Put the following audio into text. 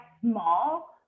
small